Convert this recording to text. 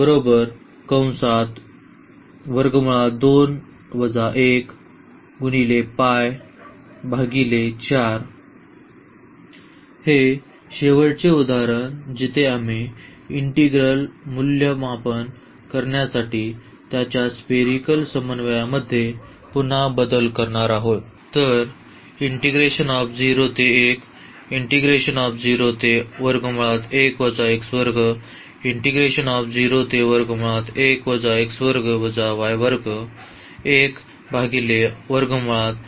हे शेवटचे उदाहरण जिथे आम्ही इंटीग्रल मूल्यमापन करण्यासाठी त्याच्या स्पेरीकल समन्वयामध्ये पुन्हा बदल करणार आहोत